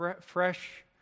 fresh